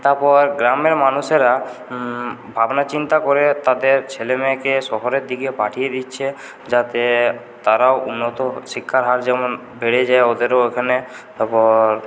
তারপর গ্রামের মানুষেরা ভাবনাচিন্তা করে তাদের ছেলেমেয়েকে শহরের দিকে পাঠিয়ে দিচ্ছে যাতে তারাও উন্নত শিক্ষার হার যেমন বেড়ে যায় ওদেরও ওখানে তারপর